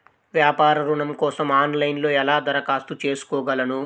వ్యాపార ఋణం కోసం ఆన్లైన్లో ఎలా దరఖాస్తు చేసుకోగలను?